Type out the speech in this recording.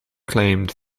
claimed